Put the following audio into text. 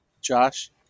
Josh